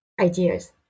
ideas